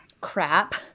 crap